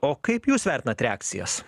o kaip jūs vertinat reakcijas